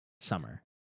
summer